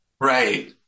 Right